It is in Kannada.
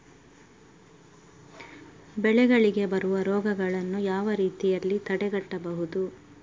ಬೆಳೆಗಳಿಗೆ ಬರುವ ರೋಗಗಳನ್ನು ಯಾವ ರೀತಿಯಲ್ಲಿ ತಡೆಗಟ್ಟಬಹುದು?